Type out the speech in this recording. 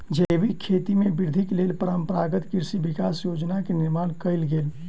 जैविक खेती में वृद्धिक लेल परंपरागत कृषि विकास योजना के निर्माण कयल गेल